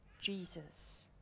Jesus